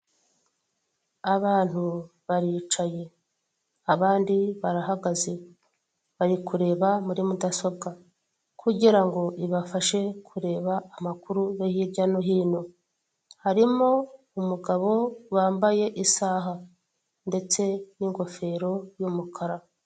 Abantu baricaye abandi barahagaze bari kureba muri mudasobwa kugirango ibafashe kureba amakuru yo hirya ni hino harimo umugabo wambaye isaha ndetse n'ingofero y'umukara.